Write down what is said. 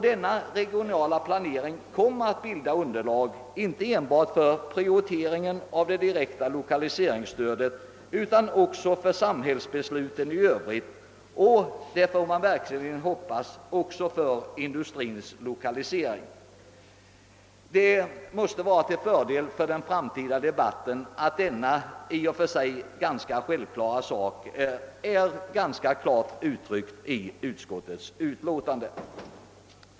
Denna regionala planering kommer att bilda underlag inte bara för prioriteringen av det direkta lokaliseringsstödet utan även för samhällsbesluten i övrigt och, får man hoppas, för industrins lokalisering. Det måste vara till fördel för den framtida debatten, att denna i och för sig ganska självklara uppfattning relativt klart kommer till uttryck i ett utlåtande från statsutskottet.